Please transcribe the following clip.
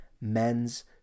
men's